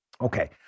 Okay